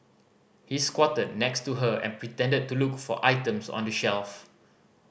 he squatted next to her and pretended to look for items on the shelf